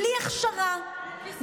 בלי הכשרה,